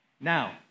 Now